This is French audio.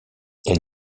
elle